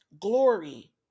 glory